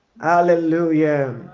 Hallelujah